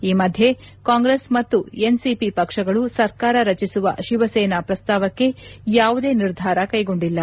ಈ ಮಧ್ಯೆ ಕಾಂಗ್ರೆಸ್ ಮತ್ತು ಎನ್ಸಿಪಿ ಪಕ್ಷಗಳು ಸರ್ಕಾರ ರಚಿಸುವ ಶಿವಸೇನಾ ಪ್ರಸ್ತಾವಕ್ಕೆ ಯಾವುದೇ ನಿರ್ಧಾರ ಕೈಗೊಂಡಿಲ್ಲ